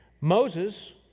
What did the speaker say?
Moses